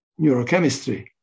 neurochemistry